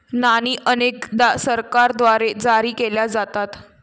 नाणी अनेकदा सरकारद्वारे जारी केल्या जातात